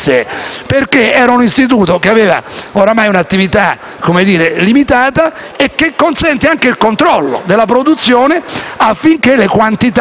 ormai un'attività limitata consente il controllo della produzione affinché le quantità prodotte non vadano poi in giro